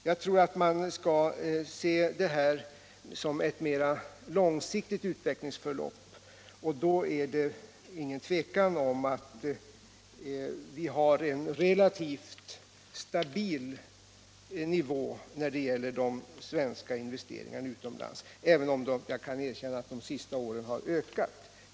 Jag tror att man skall se detta som ett mer långsiktigt utvecklingsförlopp, och då råder det inget tvivel om att vi har en relativt stabil nivå när det gäller de svenska investeringarna utomlands. Jag kan erkänna att investeringarna de senaste åren har ökat.